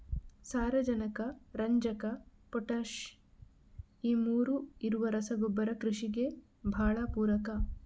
ಸಾರಾಜನಕ, ರಂಜಕ, ಪೊಟಾಷ್ ಈ ಮೂರೂ ಇರುವ ರಸಗೊಬ್ಬರ ಕೃಷಿಗೆ ಭಾಳ ಪೂರಕ